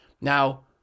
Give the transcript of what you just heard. Now